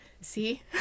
see